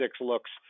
looks